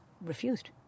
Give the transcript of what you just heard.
refused